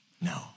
No